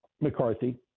McCarthy